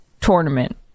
tournament